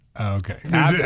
okay